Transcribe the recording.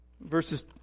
Verses